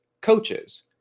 coaches